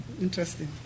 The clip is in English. interesting